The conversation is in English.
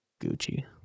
Gucci